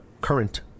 current